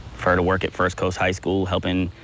for her to work at first coast high school helping,